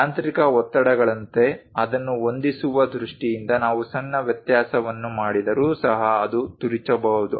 ಯಾಂತ್ರಿಕ ಒತ್ತಡಗಳಂತೆ ಅದನ್ನು ಹೊಂದಿಸುವ ದೃಷ್ಟಿಯಿಂದ ನಾವು ಸಣ್ಣ ವ್ಯತ್ಯಾಸವನ್ನು ಮಾಡಿದರೂ ಸಹ ಅದನ್ನು ತಿರುಚಬಹುದು